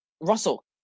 Russell